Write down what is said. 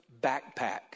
backpack